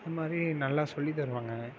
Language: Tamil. அந்த மாதிரி நல்லா சொல்லி தருவாங்க